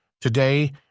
Today